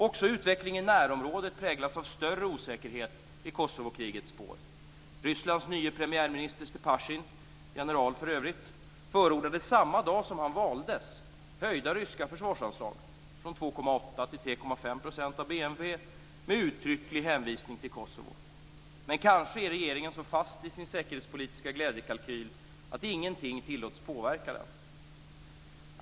Också utvecklingen i närområdet präglas av större osäkerhet i Kosovokrigets spår. Rysslands nye premiärminister Stepasjin - för övrigt general - förordade samma dag som han valdes höjda ryska försvarsanslag, från 2,8 % till 3,5 % av BNP, med uttrycklig hänvisning till Kosovo. Men kanske är regeringen så fast i sin säkerhetspolitiska glädjekalkyl att ingenting tillåts påverka den.